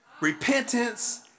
Repentance